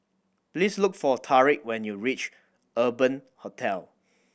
please look for Tariq when you reach Urban Hostel